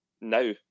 Now